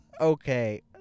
Okay